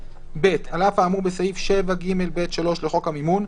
(ב)על אף האמור בסעיף 7ג(ב)(3) לחוק המימון,